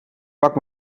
pak